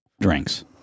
drinks